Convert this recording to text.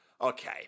Okay